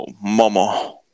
mama